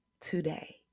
Today